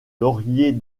laurier